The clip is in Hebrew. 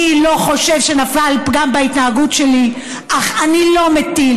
אני לא חושב שנפל פגם בהתנהגות שלי אך אני לא מטיל